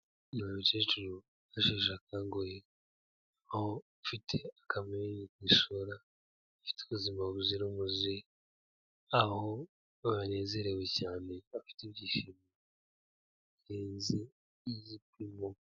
Uyu mukecuru asheshe akanguhe aho afite akamwenyu kwisura, ifite ubuzima buzira umuze aho banezerewe cyane bafite ibyishimo birenze igipimo.